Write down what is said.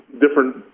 different